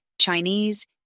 Chinese